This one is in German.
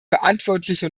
verantwortliche